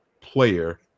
player